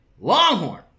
longhorn